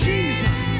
Jesus